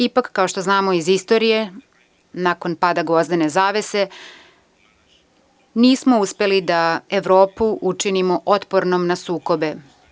Ipak, kao što znamo iz istorije nakon pada gvozdene zavese nismo uspeli da Evropu učinimo otpornom na sukobe.